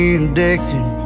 addicted